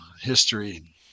history